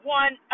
one